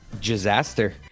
disaster